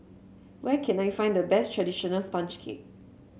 where can I find the best traditional sponge cake